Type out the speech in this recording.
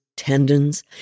Tendons